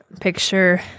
picture